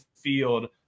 field